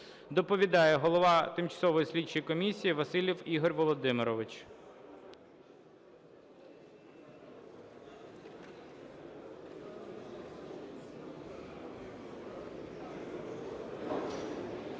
Доповідає голова тимчасової слідчої комісії Василів Ігор Володимирович.